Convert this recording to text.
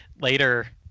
later